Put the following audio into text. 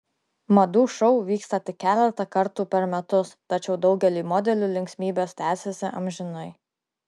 madų šou vyksta tik keletą kartų per metus tačiau daugeliui modelių linksmybės tęsiasi amžinai